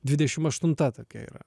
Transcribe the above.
dvidešim aštunta tokia yra